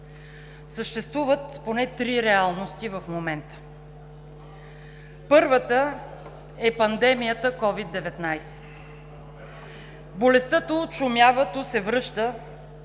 Съществуват поне три реалности в момента. Първата е пандемията COVID-19 – болестта ту отшумява, ту се връща